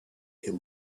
him